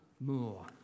more